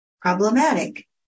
problematic